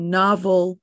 novel